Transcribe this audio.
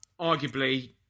Arguably